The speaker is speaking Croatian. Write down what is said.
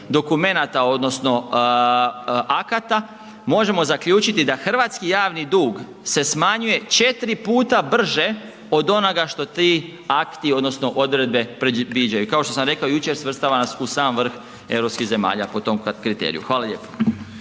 dokumenata odnosno akata možemo zaključiti da hrvatski javni dug se smanjuje 4 puta brže od onoga što ti akti odnosno odredbe predviđaju. Kao što sam rekao jučer, svrstava nas u sam vrh europskih zemalja po tom kriteriju. Hvala lijepo.